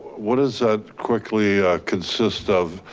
what is that, quickly, consist of?